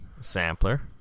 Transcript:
Sampler